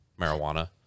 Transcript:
marijuana